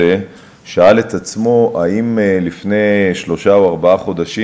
שאל את עצמו אם לפני שלושה או ארבעה חודשים,